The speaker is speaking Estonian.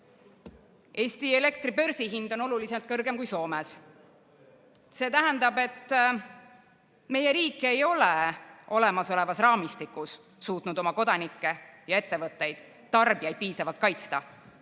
Eesti elektri börsihind on oluliselt kõrgem kui Soomes. See tähendab, et meie riik ei ole olemasolevas raamistikus suutnud oma kodanikke ja ettevõtteid, tarbijaid piisavalt kaitsta.